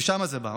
משם זה בא,